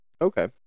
okay